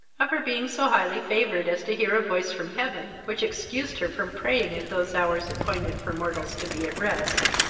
of her being so highly favoured as to hear a voice from heaven, which excused her from praying at those hours appointed for mortals to be at rest.